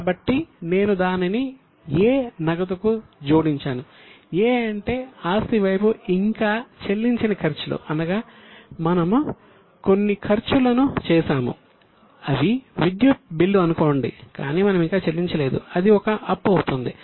కాబట్టి నేను దానిని A నగదుకు జోడించాను A అంటే ఆస్తి వైపు ఇంకా చెల్లించని ఖర్చులు అనగా మనము కొన్ని ఖర్చులను చేసాము అవి విద్యుత్ బిల్లు అనుకోండి కాని మనము ఇంకా చెల్లించలేదు అది ఒక అప్పు అవుతుంది